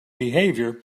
behavior